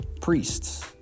priests